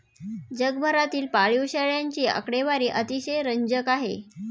जगभरातील पाळीव शेळ्यांची आकडेवारी अतिशय रंजक आहे